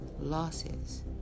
losses